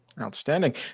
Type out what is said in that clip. Outstanding